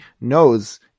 knows